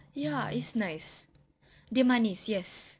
ya it's nice dia manis yes